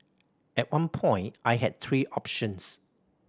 at one point I had three options